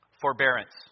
Forbearance